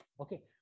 okay